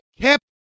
Kept